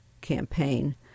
campaign